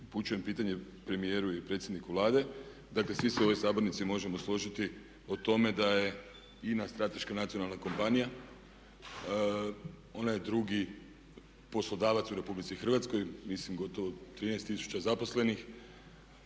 upućujem pitanje premijeru i predsjedniku Vlade. Dakle, svi se u ovoj sabornici možemo složiti o tome da je INA strateška nacionalna kompanija. Ona je drugi poslodavac u RH, mislim gotovo 13 000 zaposlenih